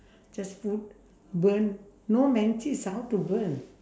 just put burn no matches ah how to burn